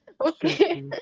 Okay